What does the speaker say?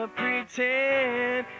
pretend